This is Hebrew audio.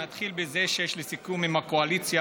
נתחיל בזה שיש לי סיכום עם הקואליציה